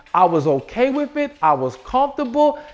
i was okay with it, i was comfortable,